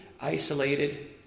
isolated